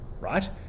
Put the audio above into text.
right